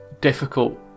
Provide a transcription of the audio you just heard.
difficult